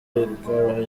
bikaba